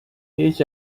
each